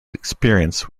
experience